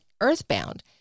Earthbound